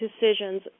decisions